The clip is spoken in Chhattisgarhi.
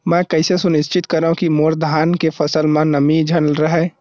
मैं कइसे सुनिश्चित करव कि मोर धान के फसल म नमी झन रहे?